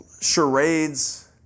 charades